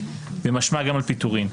ובמשמע גם על פיטורים,